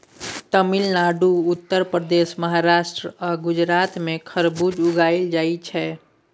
तमिलनाडु, उत्तर प्रदेश, महाराष्ट्र आ गुजरात मे खरबुज उगाएल जाइ छै